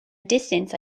distance